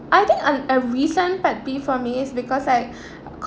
I think um a recent pet peeve for me is because like